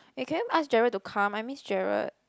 eh can you ask Gerald to come I miss Gerald